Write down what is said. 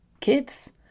kids